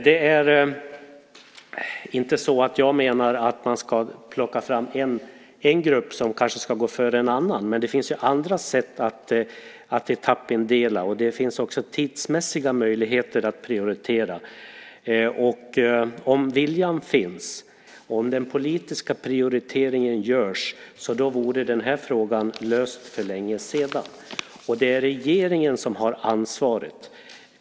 Jag menar nu inte att man ska ge en grupp företräde framför en annan, men det finns andra sätt att etappindela. Det finns också tidsmässiga möjligheter att prioritera. Om viljan funnits och den politiska prioriteringen hade gjorts vore den här frågan löst för länge sedan. Det är regeringen som har ansvaret.